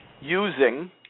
using